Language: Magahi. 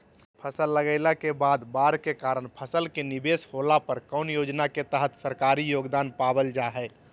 फसल लगाईला के बाद बाढ़ के कारण फसल के निवेस होला पर कौन योजना के तहत सरकारी योगदान पाबल जा हय?